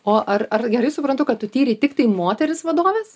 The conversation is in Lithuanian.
o ar ar gerai suprantu kad tu tyrei tiktai moteris vadoves